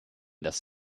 das